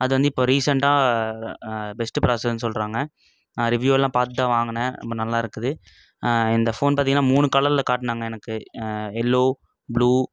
அது வந்து இப்போ ரீசெண்டாக பெஸ்ட்டு ப்ராஸர்ன்னு சொல்லுறாங்க நான் ரிவ்வியூயெல்லாம் பாத் தான் வாங்குனன் ரொம்ப நல்லாஇருக்குது இந்த ஃபோன் பார்த்தீங்கன்னா மூணு கலரில் காட்டுனாங்க எனக்கு எல்லோ ப்ளூ